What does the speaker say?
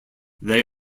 they